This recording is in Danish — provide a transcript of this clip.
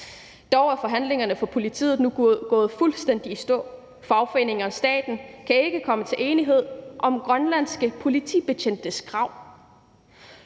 Dog er forhandlingerne om politiet nu gået fuldstændig i stå. Fagforeningerne og staten kan ikke nå til enighed i forhold til de grønlandske politibetjentes krav.